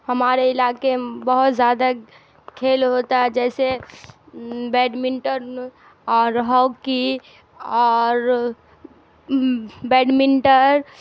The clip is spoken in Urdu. ہمارے علاقے بہت زیادہ کھیل ہوتا ہے جیسے بیڈمنٹن اور ہاکی اور بیڈمنٹر